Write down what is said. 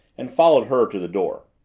and followed her to the door.